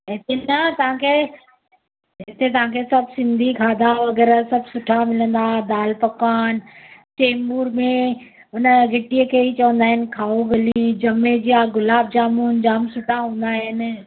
हिते न तव्हां खे हिते तव्हां खे सभु सिंधी खाधा वग़ैरह सभु सुठा मिलंदा दाल पकवान चेम्बूर में हुन ॻिटीअ खे ई चवंदा आहिनि खाऊ गली ॼमे जा गुलाब जामुन जामु सुठा हूंदा आहिनि